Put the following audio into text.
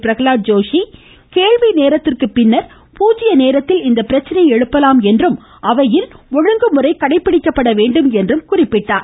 பிரகலாத் ஜோஷி கேள்வி நேரத்திற்கு பின்னா் பூஜ்ஜிய நேரத்தில் இப்பிரச்சனையை எழுப்பலாம் என்றும் அவையில் ஒரு ஒழுங்கு முறை கடைபிடிக்கப்பட வேண்டும் என்றும் குறிப்பிட்டார்